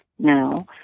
Now